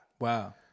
Wow